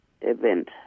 event